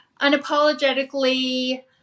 unapologetically